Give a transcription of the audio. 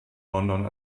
london